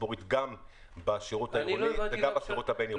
גם בשירות העירוני וגם בשירות הבין-עירוני.